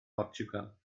mhortiwgal